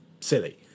silly